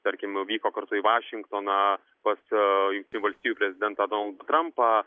tarkim vyko kartu į vašingtoną pas jungtinių valstijų prezidentą donaldą trampą